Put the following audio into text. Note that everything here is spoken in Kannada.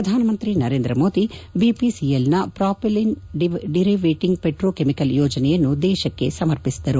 ಪ್ರಧಾನಮಂತ್ರಿ ನರೇಂದ್ರ ಮೋದಿ ಬಿಪಿಸಿಎಲ್ನ ಪ್ರಾಪಿಲಿನ್ ಡಿರೈವೇಟಿಂಗ್ ಪೆಟ್ರೋ ಕೆಮಿಕಲ್ ಯೋಜನೆಯನ್ನು ದೇಶಕ್ಕೆ ಸಮರ್ಪಿಸಿದರು